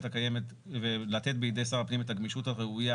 הקיימת ולתת בידי שר הפנים את הגמישות הראויה,